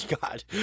God